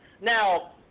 Now